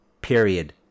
Period